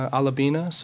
Alabina